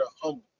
humble